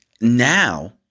Now